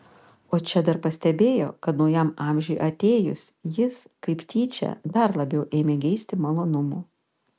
o čia dar pastebėjo kad naujam amžiui atėjus jis kaip tyčia dar labiau ėmė geisti malonumų